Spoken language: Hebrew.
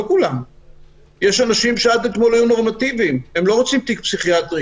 יש אנשים שעד אתמול היו נורמטיביים והם לא רוצים תיק פסיכיאטרי.